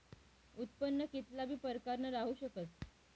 उत्पन्न कित्ला बी प्रकारनं राहू शकस